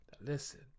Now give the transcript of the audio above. Listen